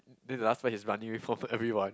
then the last part he's running away from everyone